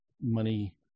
money